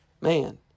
Man